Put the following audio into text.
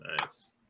nice